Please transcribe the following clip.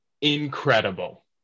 incredible